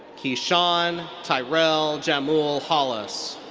keshon ty'rell jamul hollis.